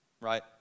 right